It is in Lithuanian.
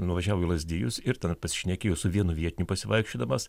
nuvažiavo į lazdijus ir ten pasišnekėjo su vienu vietiniu pasivaikščiodamas